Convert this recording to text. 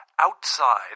Outside